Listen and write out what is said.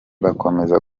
bakomeza